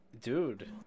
dude